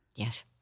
Yes